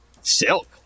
Silk